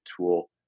tool